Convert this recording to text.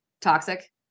toxic